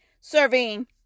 serving